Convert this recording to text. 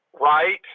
Right